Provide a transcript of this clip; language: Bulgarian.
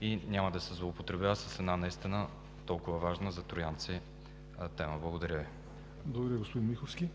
и няма да се злоупотребява с една наистина толкова важна за троянци тема. Благодаря Ви. ПРЕДСЕДАТЕЛ ЯВОР